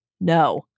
no